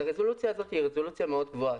הרזולוציה הזאת גבוהה מאוד,